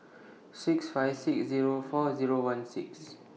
six five six Zero four Zero one six